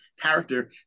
character